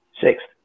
Sixth